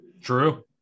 true